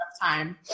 time